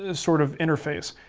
ah sort of interface.